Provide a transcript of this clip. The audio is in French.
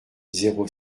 zéro